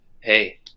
hey